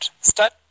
start